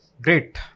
Great